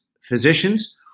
physicians